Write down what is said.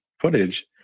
footage